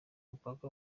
mupaka